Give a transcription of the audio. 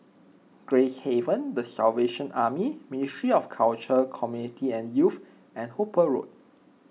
Gracehaven the Salvation Army Ministry of Culture Community and Youth and Hooper Road